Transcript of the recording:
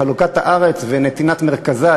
חלוקת הארץ ונתינת מרכזה,